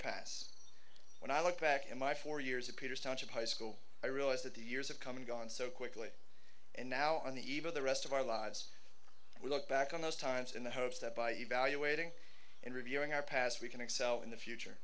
pass when i look back in my four years of peter's township high school i realized that the years have come and gone so quickly and now on the eve of the rest of our lives we look back on those times in the hopes that by evaluating and reviewing our past we can excel in the future